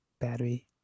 battery